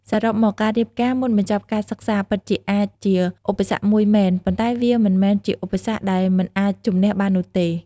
សរុបមក ការរៀបការមុនបញ្ចប់ការសិក្សាពិតជាអាចជាឧបសគ្គមួយមែន ប៉ុន្តែវាមិនមែនជាឧបសគ្គដែលមិនអាចជម្នះបាននោះទេ។